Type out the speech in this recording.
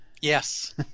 Yes